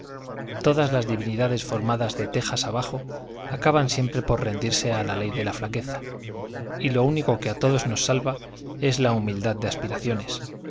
todas las divinidades formadas de tejas abajo acaban siempre por rendirse a la ley de la flaqueza y lo único que a todos nos salva es la humildad de aspiraciones